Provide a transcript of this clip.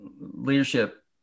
leadership